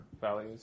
values